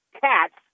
cats